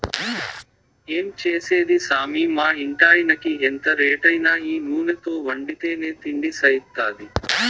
ఏం చేసేది సామీ మా ఇంటాయినకి ఎంత రేటైనా ఈ నూనెతో వండితేనే తిండి సయిత్తాది